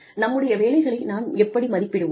நம்முடைய வேலைகளை நாம் எப்படி மதிப்பிடுவோம்